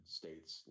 states